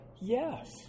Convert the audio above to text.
Yes